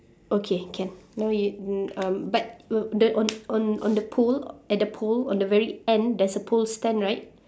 okay can no y~ mm um but w~ the on on on the pole uh at the pole on the very end there's a pole stand right